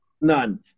None